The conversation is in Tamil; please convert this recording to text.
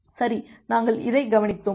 சரி நாங்கள் இதை கவனித்தோம்